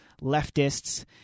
leftists